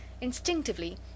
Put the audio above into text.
Instinctively